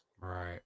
right